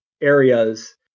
areas